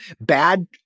bad